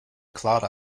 klara